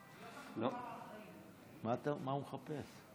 מה הוא מחפש?